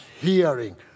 hearing